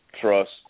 trust